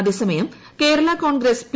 അതേസമയം കേരളാ കോൺഗ്രസ് പി